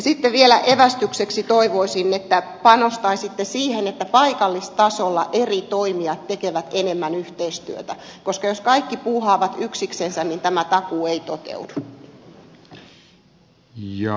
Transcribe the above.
sitten vielä evästykseksi toivoisin että panostaisitte siihen että paikallistasolla eri toimijat tekevät enemmän yhteistyötä koska jos kaikki puuhaavat yksiksensä niin tämä takuu ei toteudu